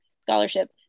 scholarship